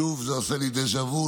שוב, זה עושה לי דז'ה וו